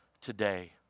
today